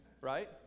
Right